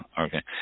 Okay